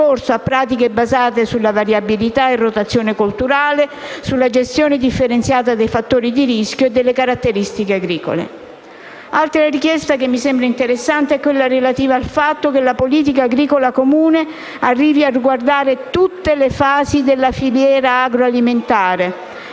a pratiche basate sulla variabilità e rotazione colturale, sulla gestione differenziata dei fattori di rischio e delle caratteristiche agricole. Altra richiesta che mi sembra interessante è quella relativa al fatto che la politica agricola comune arrivi a riguardare tutte le fasi della filiera agroalimentare,